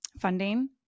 funding